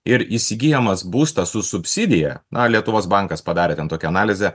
ir įsigyjamas būstas su subsidija na lietuvos bankas padarė ten tokią analizę